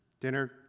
Dinner